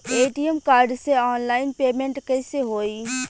ATM card से online payment कैसे होई?